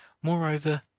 moreover,